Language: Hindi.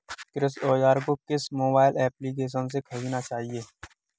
कृषि औज़ार को किस मोबाइल एप्पलीकेशन से ख़रीदना चाहिए?